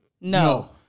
No